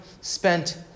spent